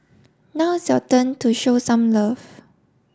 now it's your turn to show some love